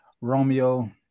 romeo